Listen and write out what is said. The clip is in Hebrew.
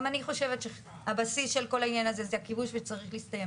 גם אני חושבת שהבסיס של כל העניין הזה הוא הכיבוש והוא צריך להסתיים.